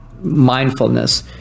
mindfulness